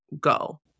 go